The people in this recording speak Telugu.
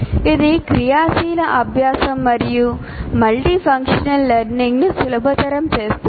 ఇది క్రియాశీల అభ్యాసం మరియు మల్టీఫంక్షనల్ లెర్నింగ్ను సులభతరం చేస్తుంది